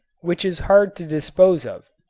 which is hard to dispose of.